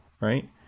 right